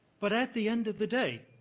but at the end of the day,